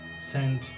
send